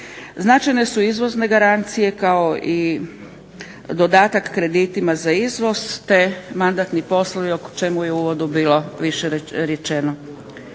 Značajne su izvozne garancije kao i dodatak kreditima za izvoz, te mandatni poslovi o čemu je u uvodu bilo više rečeno.